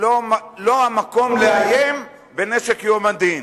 אין מקום לאיים בנשק יום הדין.